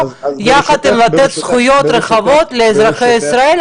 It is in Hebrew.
יחד עם מתן זכויות רחבות לאזרחי ישראל,